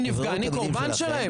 אני קורבן שלהם.